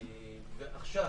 עכשיו,